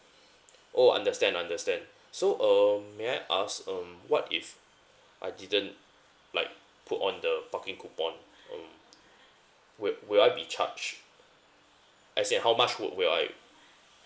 oh understand understand so um may I ask um what if I didn't like put on the parking coupon um will will I be charged as and how much would will I